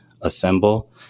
assemble